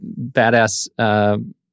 badass